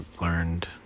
learned